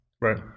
right